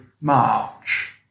March